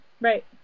right